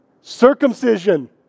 Circumcision